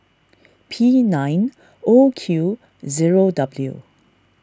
P nine O Q zero W